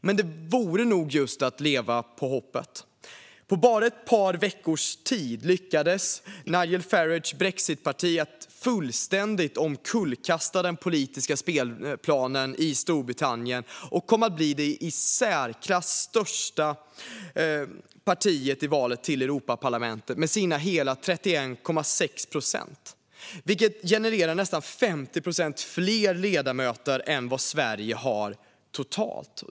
Men det vore nog just att leva på hoppet. På bara ett par veckors tid lyckades Nigel Farages Brexitpartiet fullständigt omkullkasta den politiska spelplanen i Storbritannien och kom att bli det i särklass största partiet i valet till Europaparlamentet med sina hela 31,6 procent. Det genererar nästan 50 procent fler ledamöter än vad Sverige har totalt.